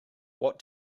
what